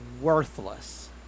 worthless